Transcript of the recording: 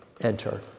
enter